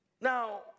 Now